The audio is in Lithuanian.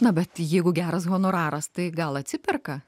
na bet jeigu geras honoraras tai gal atsiperka